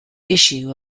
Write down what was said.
issue